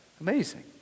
Amazing